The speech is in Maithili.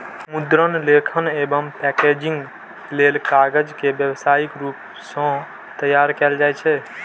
मुद्रण, लेखन एवं पैकेजिंग लेल कागज के व्यावसायिक रूप सं तैयार कैल जाइ छै